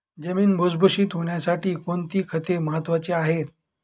जमीन भुसभुशीत होण्यासाठी कोणती खते महत्वाची आहेत?